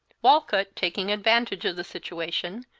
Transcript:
walcott, taking advantage of the situation,